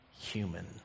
human